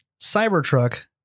Cybertruck